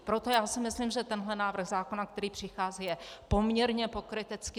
Proto si myslím, že tento návrh zákona, který přichází, je poměrně pokrytecký.